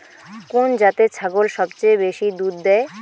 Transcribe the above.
কুন জাতের ছাগল সবচেয়ে বেশি দুধ দেয়?